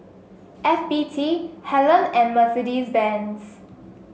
F B T Helen and Mercedes Benz